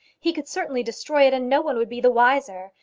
he could certainly destroy it, and no one would be the wiser.